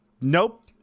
nope